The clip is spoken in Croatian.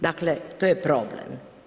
Dakle, to je problem.